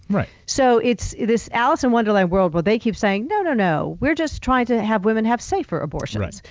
right. so it's this alice in wonderland world where they keep saying, no, no, no, we're just trying to have women have safer abortions.